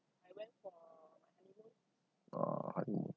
oh